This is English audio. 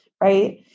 right